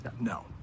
No